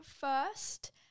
first